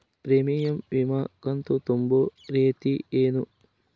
Premium ವಿಮಾ ಕಂತು ತುಂಬೋ ರೇತಿ ಏನು?